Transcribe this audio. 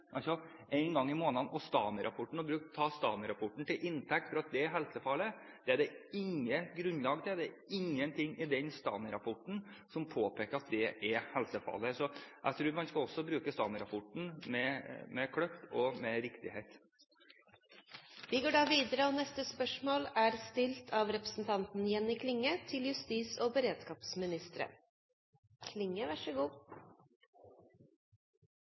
altså en gang i måneden. Å ta STAMI-rapporten til inntekt for at det er helsefarlig, er det ikke noe grunnlag for. Det er ingenting i den STAMI-rapporten som påpeker at det er helsefarlig. Jeg tror man skal bruke STAMI-rapporten med kløkt og riktighet. Spørsmålet er følgjande: «Å få sendt mulla Krekar ut av